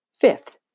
Fifth